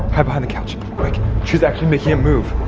hide behind the couch. quick she's actually making a move.